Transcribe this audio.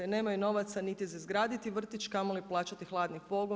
Nemaju novaca niti za izgraditi vrtić, kamoli plaćati hladni pogon.